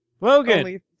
Logan